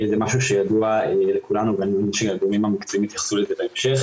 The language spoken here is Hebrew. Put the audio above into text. זה משהו שידוע לכולנו ואני מאמין שהגורמים המקצועיים יתייחסו לזה בהמשך